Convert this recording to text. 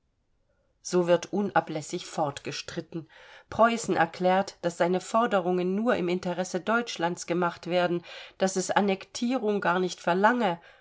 so wird unablässig fortgestritten preußen erklärt daß seine forderungen nur im interesse deutschlands gemacht werden daß es annektierung gar nicht verlange